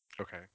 Okay